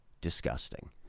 disgusting